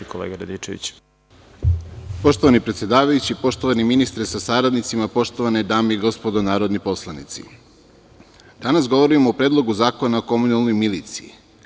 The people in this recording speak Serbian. Poštovani predsedavajući, poštovani ministre sa saradnicima, poštovane dame i gospodo narodni poslanici, danas govorimo o Predlogu zakona o komunalnoj miliciji.